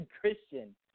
Christian